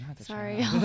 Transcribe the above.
sorry